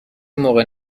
موقع